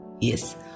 Yes